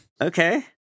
Okay